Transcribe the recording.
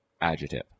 adjective